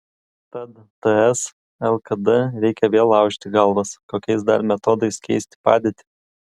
tad ts lkd reikia vėl laužyti galvas kokiais dar metodais keisti padėtį